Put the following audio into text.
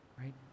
right